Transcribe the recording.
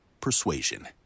persuasion